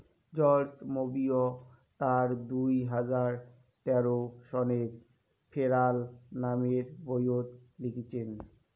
George Monbiot তার দুই হাজার তেরো সনের ফেরাল নামের বইয়ত লিখিচেন